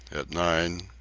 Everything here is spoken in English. at nine,